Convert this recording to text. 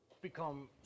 become